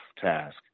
task